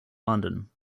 london